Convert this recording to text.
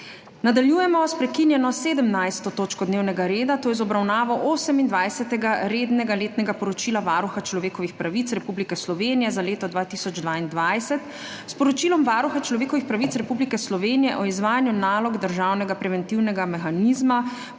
Nadaljujemo s prekinjeno 17. točko dnevnega reda, to je z obravnavo Osemindvajsetega rednega letnega poročila Varuha človekovih pravic Republike Slovenije za leto 2022 s Poročilom Varuha človekovih pravic Republike Slovenije o izvajanju nalog državnega preventivnega mehanizma